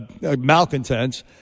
malcontents